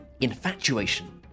infatuation